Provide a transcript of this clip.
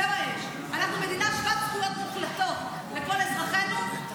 --- אנחנו מדינה שוות זכויות מוחלטות לכל אזרחינו,